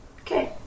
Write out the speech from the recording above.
Okay